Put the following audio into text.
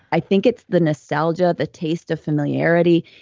i think it's the nostalgia, the taste of familiarity.